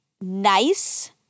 nice